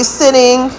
sitting